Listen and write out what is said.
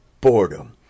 Boredom